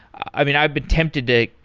i've been i've been tempted to,